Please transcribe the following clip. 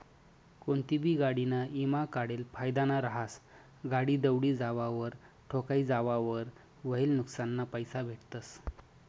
कोनतीबी गाडीना ईमा काढेल फायदाना रहास, गाडी दवडी जावावर, ठोकाई जावावर व्हयेल नुक्सानना पैसा भेटतस